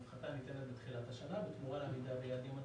ההפחתה ניתנת בתחילת השנה ובתמורה ליעדים....